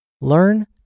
Learn